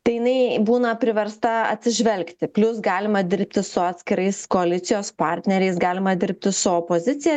tai jinai būna priversta atsižvelgti plius galima dirbti su atskirais koalicijos partneriais galima dirbti su opozicija